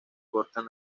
cortan